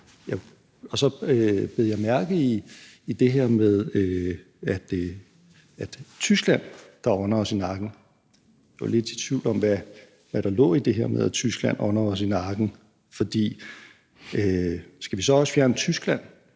Så bed jeg mærke i det her med, at Tyskland ånder os i nakken, og jeg er lidt i tvivl om, hvad der ligger i det her med, at Tyskland ånder os i nakken, for skal vi så også fjerne Tyskland,